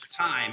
time